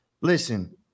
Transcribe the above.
listen